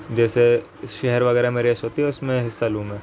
جیسے شہر وغیرہ میں ریس ہوتی ہے اس میں حصہ لوں میں